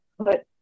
Put